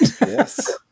yes